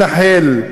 והמתנחל,